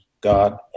God